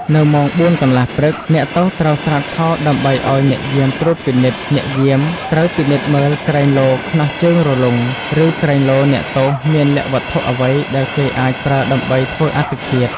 នៅម៉ោងបួនកន្លះព្រឹក អ្នកទោសត្រូវស្រាតខោដើម្បីឱ្យអ្នកយាមត្រួតពិនិត្យ អ្នកយាមត្រូវពិនិត្យមើលក្រែង លោខ្នោះជើងរលុង ឬក្រែងលោអ្នកទោសមានលាក់វត្ថុអ្វីដែលគេអាចប្រើដើម្បីធ្វើអត្តឃាត ។